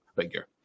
figure